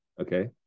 okay